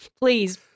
please